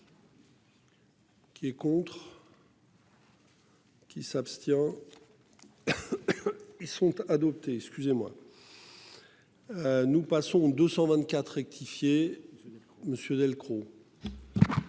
Qui est contre. Qui s'abstient. Ils sont adoptés, excusez-moi. Nous passons 224 rectifié monsieur Delcros.